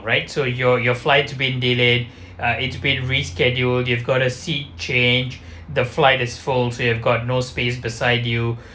right so your your flight to been delayed uh it's been reschedule you've got a seat change the flight is full so you've got no space beside you